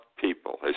people